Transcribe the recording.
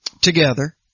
Together